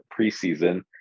preseason